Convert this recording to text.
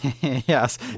Yes